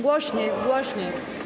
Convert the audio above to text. Głośniej, głośniej.